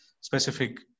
specific